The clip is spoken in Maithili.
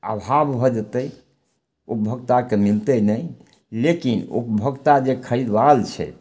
अभाव भऽ जेतय उपभोक्ताके मिलतै नहि लेकिन उपभोक्ता जे खरीद रहल छै